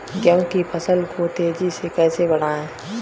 गेहूँ की फसल को तेजी से कैसे बढ़ाऊँ?